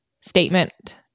statement